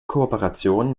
kooperationen